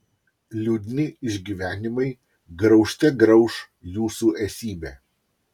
liūdni išgyvenimai graužte grauš jūsų esybę